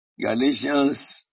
Galatians